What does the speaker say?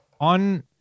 on